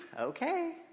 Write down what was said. Okay